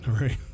right